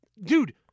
dude